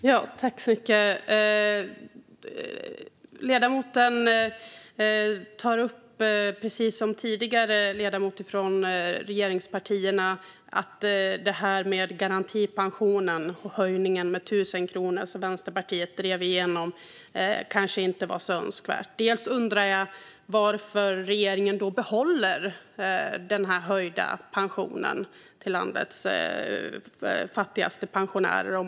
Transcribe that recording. Fru talman! Ledamoten tar precis som tidigare ledamöter från regeringspartierna upp att höjningen av garantipensionen med 1 000 kronor, som Vänsterpartiet drev igenom, inte var helt önskvärd. Då undrar jag varför regeringen behåller den höjda pensionen för landets fattigaste pensionärer.